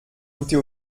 goûter